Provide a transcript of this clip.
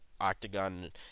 octagon